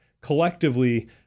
collectively